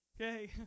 okay